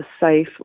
safe